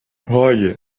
roy